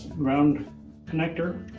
round connector.